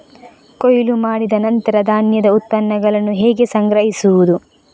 ಕೊಯ್ಲು ಮಾಡಿದ ನಂತರ ಧಾನ್ಯದ ಉತ್ಪನ್ನಗಳನ್ನು ಹೇಗೆ ಸಂಗ್ರಹಿಸುವುದು?